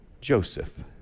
Joseph